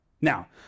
Now